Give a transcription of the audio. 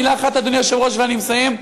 מילה אחת, אדוני היושב-ראש, ואני מסיים.